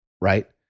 right